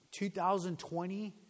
2020